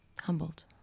humbled